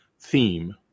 theme